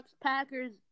Packers